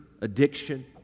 addiction